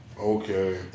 Okay